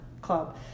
Club